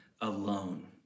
alone